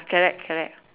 correct correct